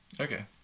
Okay